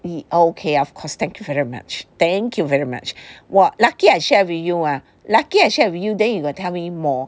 okay of course thank you very much thank you very much !wah! lucky I share with you ah lucky I share with you then you tell me more